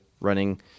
running